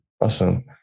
Awesome